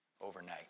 overnight